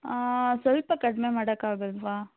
ಸ್ವಲ್ಪ ಕಡಿಮೆ ಮಾಡೋಕ್ಕಾಗಲ್ವ